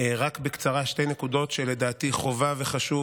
רק בקצרה שתי נקודות שלדעתי חובה וחשוב